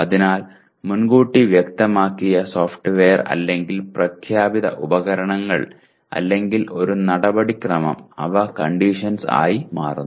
അതിനാൽ മുൻകൂട്ടി വ്യക്തമാക്കിയ സോഫ്റ്റ്വെയർ അല്ലെങ്കിൽ പ്രഖ്യാപിത ഉപകരണങ്ങൾ അല്ലെങ്കിൽ ഒരു നടപടിക്രമം അവ കണ്ടീഷൻസ്' ആയി മാറുന്നു